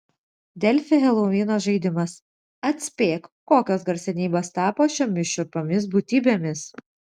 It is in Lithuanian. delfi helovino žaidimas atspėk kokios garsenybės tapo šiomis šiurpiomis būtybėmis